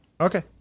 okay